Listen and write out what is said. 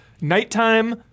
Nighttime